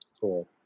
Cool